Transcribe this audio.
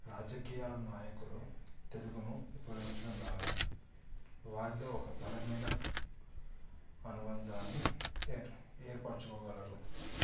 రాజకీయాల నాయకులు తెలుగును ఉపయోగించడం ద్వారా వారిలో ఒక బలమైన అనుబంధాన్ని ఏర్ ఏర్పరచుకోగలరు